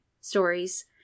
stories